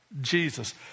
Jesus